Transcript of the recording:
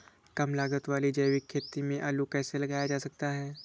कम लागत वाली जैविक खेती में आलू कैसे लगाया जा सकता है?